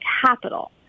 capital